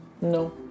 No